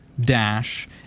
dash